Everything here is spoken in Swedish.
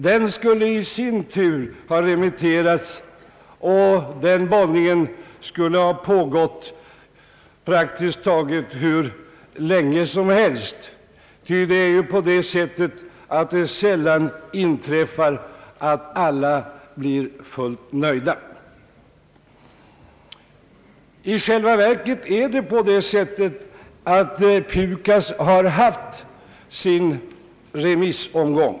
Det förslaget skulle i sin tur ha remitterats, och den bollningen skulle ha pågått praktiskt taget hur länge som helst, ty helt nöjda blir som bekant sällan alla. I själva verket har PUKAS haft sin remissomgång.